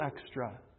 extra